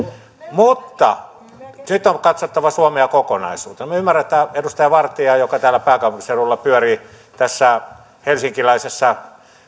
mutta nyt on katsottava suomea kokonaisuutena me ymmärrämme edustaja vartiaa joka täällä pääkaupunkiseudulla pyörii tässä helsinkiläisessä